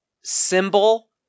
symbol